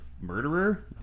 murderer